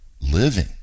living